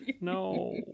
No